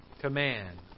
command